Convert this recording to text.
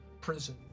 prison